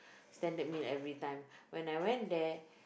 standard meal every time when I went there